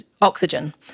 oxygen